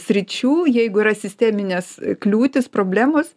sričių jeigu yra sisteminės kliūtys problemos